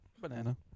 Banana